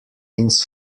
ins